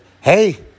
hey